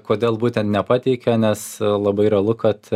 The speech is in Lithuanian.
kodėl būtent nepateikia nes labai realu kad